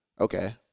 Okay